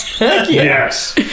yes